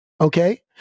Okay